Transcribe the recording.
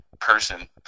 person